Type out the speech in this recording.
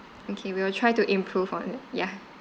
okay we will try to improve on it ya